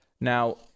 Now